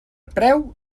preu